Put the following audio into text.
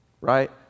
Right